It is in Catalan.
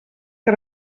que